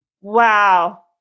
Wow